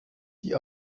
die